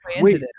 wait